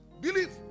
Believe